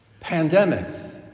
pandemics